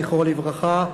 זכרו לברכה,